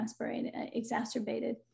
exacerbated